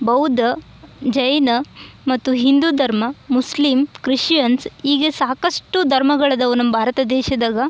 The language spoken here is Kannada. ಬೌದ್ಧ ಜೈನ ಮತ್ತು ಹಿಂದೂ ಧರ್ಮ ಮುಸ್ಲಿಮ್ ಕ್ರಿಶ್ಚಿಯನ್ಸ್ ಹೀಗೆ ಸಾಕಷ್ಟು ಧರ್ಮಗಳಿದ್ದವು ನಮ್ಮ ಭಾರತ ದೇಶದಾಗ